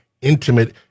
intimate